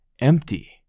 empty